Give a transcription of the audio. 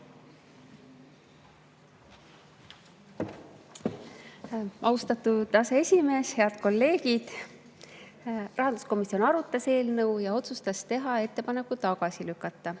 Austatud aseesimees! Head kolleegid! Rahanduskomisjon arutas eelnõu ja otsustas teha ettepaneku see tagasi lükata.